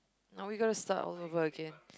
now we gotta start all over again